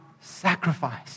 sacrifice